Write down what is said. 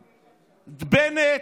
בנט,